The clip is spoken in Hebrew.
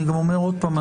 אני גם אומר עוד פעם,